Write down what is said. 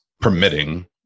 permitting